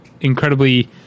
incredibly